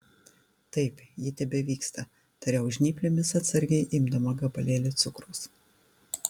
taip ir ji tebevyksta tariau žnyplėmis atsargiai imdama gabalėlį cukraus